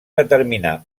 determinar